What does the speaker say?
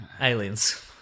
Aliens